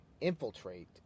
infiltrate